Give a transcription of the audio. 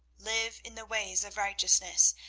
live in the ways of righteousness,